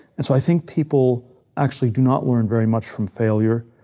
and so i think people actually do not learn very much from failure.